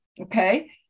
Okay